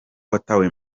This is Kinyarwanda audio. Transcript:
watawe